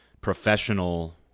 professional